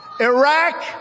Iraq